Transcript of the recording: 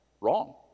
wrong